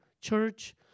church